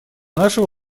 нашего